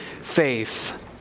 faith